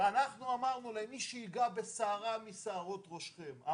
ואנחנו אמרנו להם: מי שייגע בשערה משערות ראשכם אוי ואבוי לו.